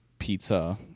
pizza